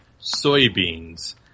soybeans